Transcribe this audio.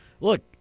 look